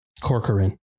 Corcoran